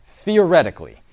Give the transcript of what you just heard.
theoretically